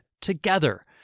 together